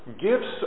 gifts